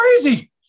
crazy